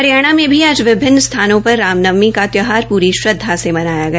हरियाणा में भी आज विभिन्न स्थानों पर रामनवमी का त्यौहार प्री श्रद्धा से मनाया गया